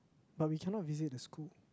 but we cannot visit the school